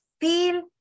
feel